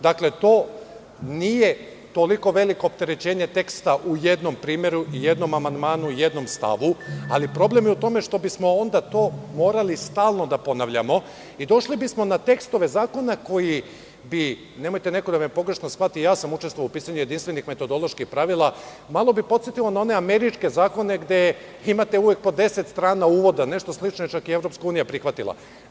Dakle to nije toliko veliko opterećenje teksta u jednom primeru, jednom amandmanu, jednom stavu, ali problem je u tome što bismo onda to morali stalno da ponavljamo i došli bismo na tekstove zakona koji bi, nemojte da me neko pogrešno shvati – i ja sam učestvovao u pisanju jedinstvenih metodoloških pravila, malo bi podsetilo na one američke zakone, gde imate uvek po 10 strana uvoda, nešto slično je čak i EU prihvatila.